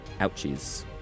Ouchies